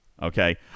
Okay